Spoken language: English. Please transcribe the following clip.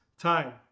time